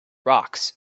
rocks